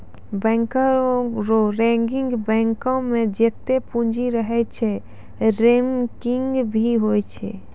बैंको रो रैंकिंग बैंको मे जत्तै पूंजी रहै छै रैंकिंग भी होय छै